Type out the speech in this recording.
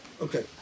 Okay